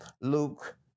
Luke